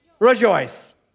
rejoice